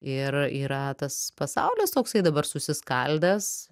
ir yra tas pasaulis toksai dabar susiskaldęs